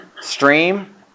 stream